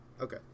Okay